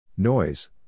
Noise